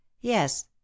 yes